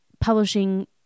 publishing